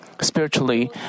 spiritually